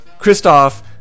Kristoff